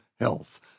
Health